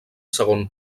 segon